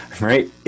right